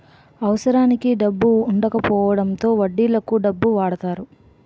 అవసరానికి డబ్బు వుండకపోవడంతో వడ్డీలకు డబ్బు వాడతారు